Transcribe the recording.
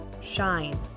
shine